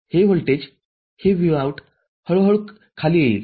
हे व्होल्टेज हे Vout हळू हळू खाली येईल